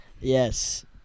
Yes